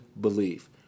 belief